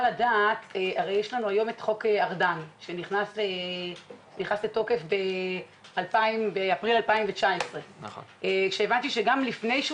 היום את חוק ארדן שנכנס לתוקף באפריל 2019. כשהבנתי שגם לפני שהוא